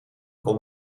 kon